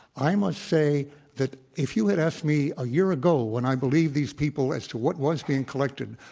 i must say that if you had asked me a year ago, when i believed these people as to what was being collected,